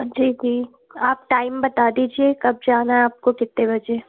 जी जी आप टाइम बता दीजिए कब जाना है आपको कितने बजे